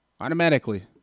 Automatically